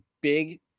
big